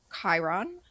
chiron